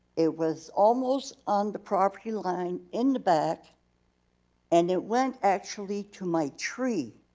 it was almost on the property line in the back and it went actually to my tree,